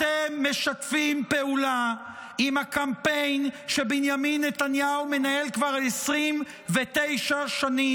אתם משתפים פעולה עם הקמפיין שבנימין נתניהו מנהל כבר 29 שנים,